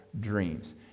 dreams